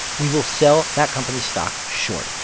we will sell that company's stock short.